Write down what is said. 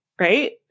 Right